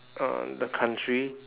uh the country